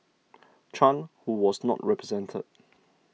Chan who was not represented